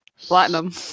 platinum